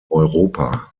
europa